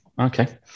okay